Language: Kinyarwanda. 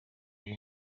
kuri